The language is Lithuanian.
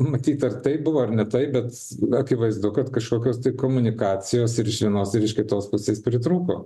matyt ar taip buvo ar ne taip bet akivaizdu kad kažkokios komunikacijos ir iš vienos ir iš kitos pusės pritrūko